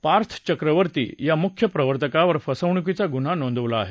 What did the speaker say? पार्थ चक्रवर्ती या मुख्य प्रवर्तकावर फसवणूकीचा गुन्हा नोंदवला आहे